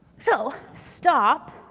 so, stop.